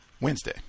Wednesday